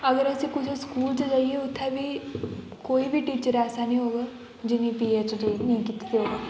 अगर अस कुसै स्कूल च जेइयै उत्थें बी कोई बी टीचर ऐसा निं होग जि'न्ने पी एच डी नेईं कीती दी होग